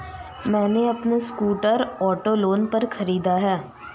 मैने अपना scooter auto loan पर खरीदा है